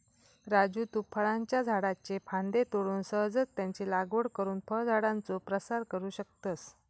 राजू तु फळांच्या झाडाच्ये फांद्ये तोडून सहजच त्यांची लागवड करुन फळझाडांचो प्रसार करू शकतस